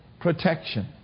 protection